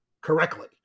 correctly